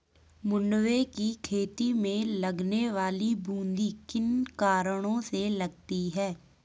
मंडुवे की खेती में लगने वाली बूंदी किन कारणों से लगती है?